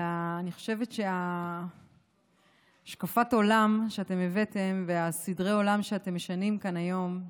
אלא אני חושבת שהשקפת העולם שהבאתם וסדרי העולם שאתם משנים כאן היום,